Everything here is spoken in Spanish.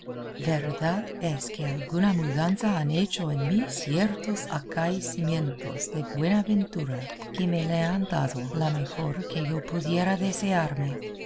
hoy verdad es que alguna mudanza han hecho en mí ciertos acaecimientos de buena ventura que me la han dado la mejor que yo pudiera desearme